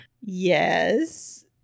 Yes